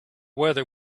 whether